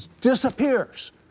disappears